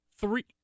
three